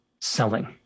selling